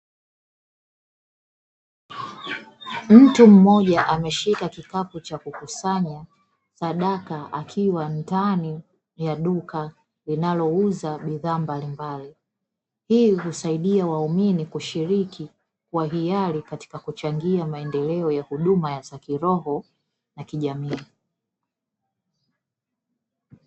Mtu mmoja ameshika kikapu cha kukusanya sadaka, akiwa ndani ya duka linalouza bidhaa mbalimbali. Hii husaidia waumini kushiriki kwa hiari katika kuchangia maendeleo ya huduma za kiroho na kijamii.